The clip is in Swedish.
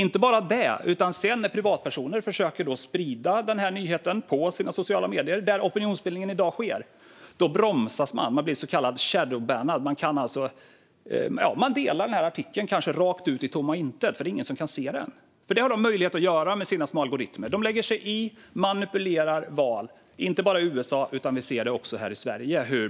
När sedan privatpersoner försöker sprida nyheten på sina sociala medier, där opinionsbildning i dag sker, bromsas de och blir, som det heter, "shadowbannade". Det innebär att de kanske delar artikeln rakt ut i tomma intet, för med sina algoritmer har plattformarna möjlighet att göra så att ingen ser den. Plattformarna lägger sig i och manipulerar val, inte bara i USA utan också här i Sverige.